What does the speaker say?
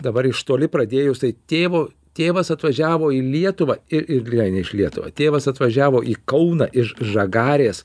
dabar iš toli pradėjus tai tėvo tėvas atvažiavo į lietuvą ir ir gleine iš lietuvą tėvas atvažiavo į kauną iš žagarės